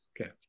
Okay